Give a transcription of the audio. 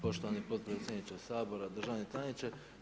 Poštovani podpredsjedniče Sabora, državni tajniče.